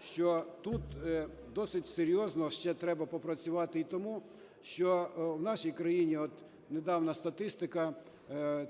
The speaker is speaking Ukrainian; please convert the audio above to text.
що тут досить серйозно ще треба попрацювати і тому, що в нашій країні, от недавня статистика